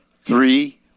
three